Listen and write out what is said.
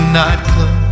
nightclub